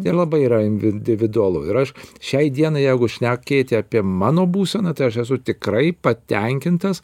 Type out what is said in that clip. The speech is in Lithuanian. ir labai yra individualu ir aš šiai dienai jeigu šnekėti apie mano būseną tai aš esu tikrai patenkintas